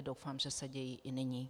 Doufám, že se dějí i nyní.